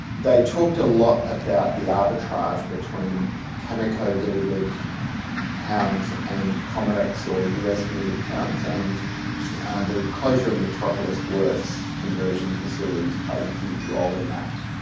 they talked a lot about the arbitrage between cameco-delivered pounds and comerex, or us-delivered pounds. and the closure of metropolis works' conversion facilities played a huge role in that.